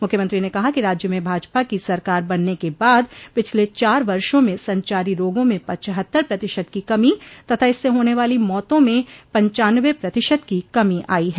मुख्यमंत्री ने कहा कि राज्य में भाजपा की सरकार बनने के बाद पिछले चार वर्षो में संचारी रोगों में पछत्तर प्रतिशत की कमी तथा इससे होने वाले मौतों में पनचान्नबें प्रतिशत की कमी आयी है